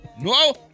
No